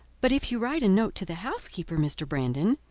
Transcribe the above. but if you write a note to the housekeeper, mr. brandon,